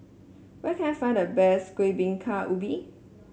where can I find the best Kueh Bingka Ubi